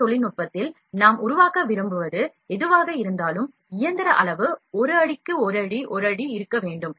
M தொழில்நுட்பத்தில் நாம் உருவாக்க விரும்புவது எதுவாக இருந்தாலும் இயந்திர அளவு 1 அடி 1 அடி 1 அடி இருக்க வேண்டும்